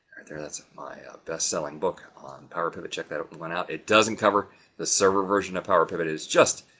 right there. that's my ah best-selling book on power pivot, check that one out. it doesn't cover the server version of power pivot is just.